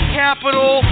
capital